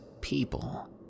people